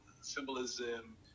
symbolism